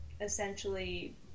essentially